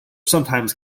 sometimes